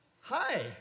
Hi